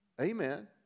Amen